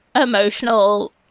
emotional